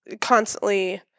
constantly